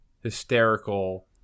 hysterical